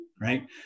right